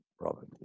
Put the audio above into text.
Robert